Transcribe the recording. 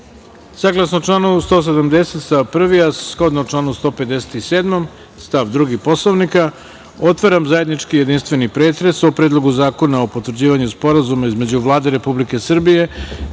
članu 170. stav 1, a shodno članu 157. stav 2. Poslovnika, otvaram zajednički jedinstveni pretres o: Predlogu zakona o potvrđivanju Sporazuma između Vlade Republike Srbije